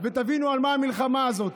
ותבינו על מה המלחמה הזאת.